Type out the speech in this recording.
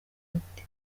umuti